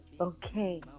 Okay